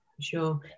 sure